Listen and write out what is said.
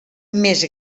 més